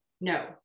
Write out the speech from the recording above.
No